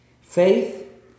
Faith